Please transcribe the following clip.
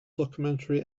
documentary